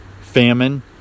famine